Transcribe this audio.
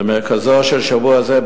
במרכזו של שבוע זה,